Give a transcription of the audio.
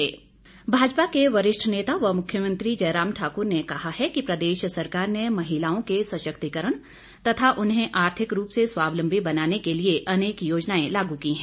मुख्यमंत्री भाजपा के वरिष्ठ नेता व मुख्यमंत्री जयराम ठाकुर ने कहा है कि प्रदेश सरकार ने महिलाओं के सशक्तिकरण तथा उन्हें आर्थिक रूप से स्वावलम्बी बनाने के लिए अनेक योजनाएं लागू की हैं